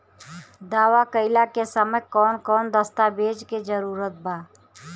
दावा कईला के समय कौन कौन दस्तावेज़ के जरूरत बा?